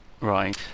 Right